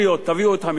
תביאו את המטריות.